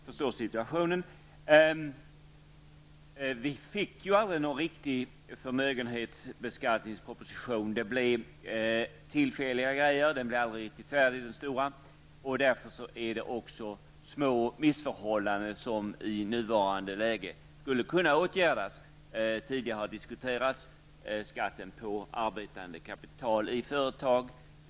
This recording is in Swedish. Herr talman! Vi fick aldrig någon riktig förmögen hetsbeskattningsproposition. Det blev tillfälliga grejer -- den stora blev aldrig riktigt färdig. Därför finns det också små missförhållanden, som i nuvarande läge skulle kunna åtgärdas. Tidigare har diskuterats skatten på arbetande kapital i företag.